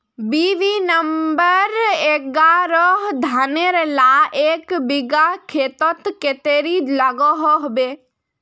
BB number एगारोह धानेर ला एक बिगहा खेतोत कतेरी लागोहो होबे?